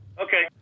Okay